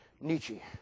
Nietzsche